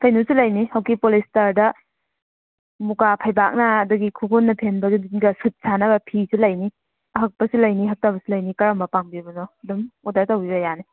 ꯀꯩꯅꯣꯁꯨ ꯂꯩꯅꯤ ꯍꯧꯖꯤꯛꯀꯤ ꯄꯣꯂꯤꯁꯇꯔꯗ ꯃꯨꯛꯀꯥ ꯐꯩꯕꯥꯛꯅ ꯑꯗꯨꯒꯤ ꯈꯨꯔꯈꯨꯜꯅ ꯐꯦꯟꯕ ꯑꯗꯨꯗꯨꯒ ꯁꯨꯠ ꯁꯥꯅꯕ ꯐꯤꯁꯨ ꯂꯩꯅꯤ ꯑꯍꯛꯄꯁꯨ ꯂꯩꯅꯤ ꯑꯍꯛꯇꯕꯁꯨ ꯂꯩꯅꯤ ꯀꯔꯝꯕ ꯄꯥꯝꯕꯤꯕꯅꯣ ꯑꯗꯨꯝ ꯑꯣꯔꯗꯔ ꯇꯧꯕꯤꯕ ꯌꯥꯅꯤ